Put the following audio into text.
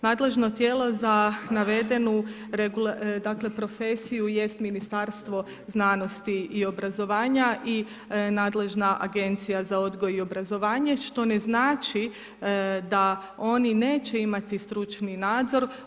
Nadležno tijelo za navedenu profesiju jest Ministarstvo znanosti i obrazovanja i nadležna Agencija za odgoj i obrazovanje što ne znači da oni neće imati stručni nadzor.